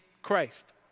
Christ